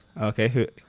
Okay